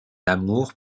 amour